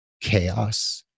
chaos